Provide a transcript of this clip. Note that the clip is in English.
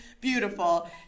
beautiful